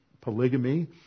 polygamy